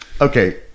Okay